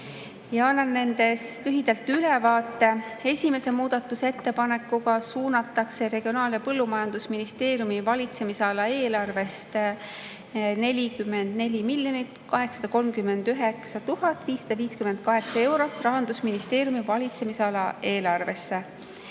nendest lühidalt ülevaate. Esimese muudatusettepanekuga suunatakse Regionaal- ja Põllumajandusministeeriumi valitsemisala eelarvest 44 839 558 eurot Rahandusministeeriumi valitsemisala eelarvesse.